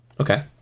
Okay